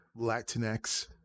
Latinx